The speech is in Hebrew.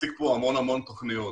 הציג פה המון המון תוכניות,